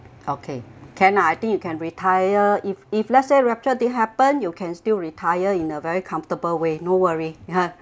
okay can ah I think you can retire if if let's say rupture didn't happen you can still retire in a very comfortable way no worry